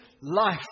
Life